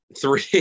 Three